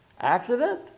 Accident